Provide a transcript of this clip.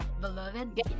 beloved